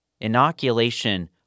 Inoculation